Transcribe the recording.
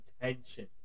attention